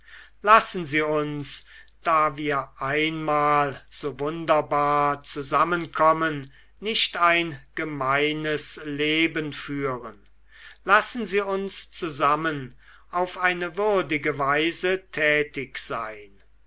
lassen sie uns da wir einmal so wunderbar zusammengekommen nicht ein gemeines leben führen lassen sie uns zusammen auf eine würdige weise tätig sein